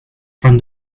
from